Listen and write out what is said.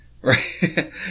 Right